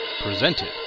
presented